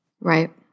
Right